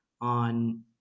on